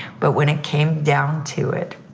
but when it came down to it,